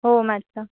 हो माझं